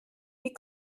wie